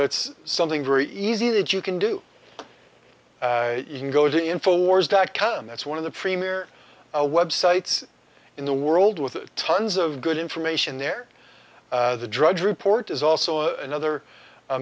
that's something very easy that you can do you can go to the info wars dot com that's one of the premier a websites in the world with tons of good information there the drudge report is also another